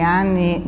anni